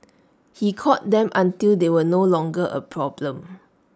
he caught them until they were no longer A problem